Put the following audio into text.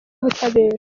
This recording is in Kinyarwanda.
y’ubutabera